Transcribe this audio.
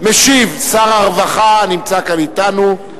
משיב שר הרווחה, הנמצא כאן אתנו.